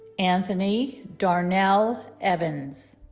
anthony darnell evans